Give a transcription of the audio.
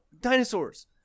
dinosaurs